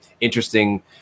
interesting